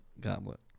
goblet